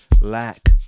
lack